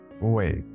Wait